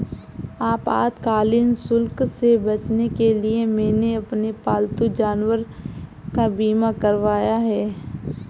आपातकालीन शुल्क से बचने के लिए मैंने अपने पालतू जानवर का बीमा करवाया है